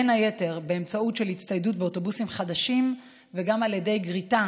בין היתר באמצעות הצטיידות באוטובוסים חדשים וגם על ידי גריטה